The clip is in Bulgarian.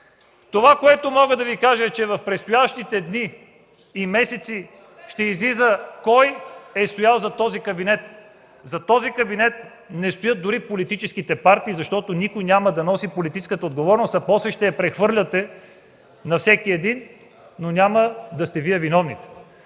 Това, което мога да Ви кажа, е, че в предстоящите дни и месеци ще излезе кой е стоял зад този кабинет. Зад този кабинет не стоят дори политическите партии, защото никой няма да носи политическата отговорност, а после ще я прехвърляте на всеки друг, но няма да сте виновни